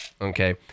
okay